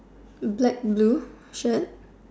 black blue shirt